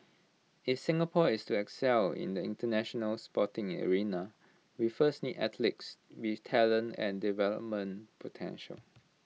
if Singapore is to excel in the International Sporting arena we first need athletes with talent and development potential